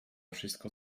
wszystko